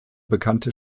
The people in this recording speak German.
bekannte